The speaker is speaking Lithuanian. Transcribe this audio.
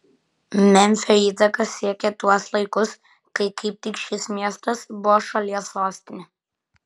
memfio įtaka siekė tuos laikus kai kaip tik šis miestas buvo šalies sostinė